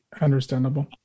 understandable